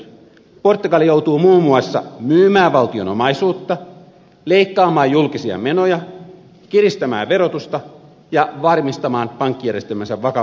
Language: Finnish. portugali joutuu muun muassa myymään valtion omaisuutta leikkaamaan julkisia menoja kiristämään verotusta ja varmistamaan pankkijärjestelmänsä vakavaraisuuden